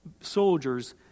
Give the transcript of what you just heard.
soldiers